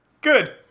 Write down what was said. Good